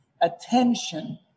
attention